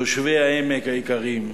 תושבי העמק היקרים,